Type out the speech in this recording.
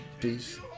peace